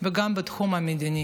וגם בתחום המדיני.